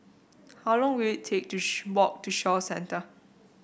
how long will it take to walk to Shaw Centre